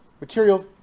Material